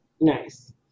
Nice